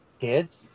kids